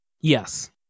Yes